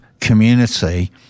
community